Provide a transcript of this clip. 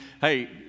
Hey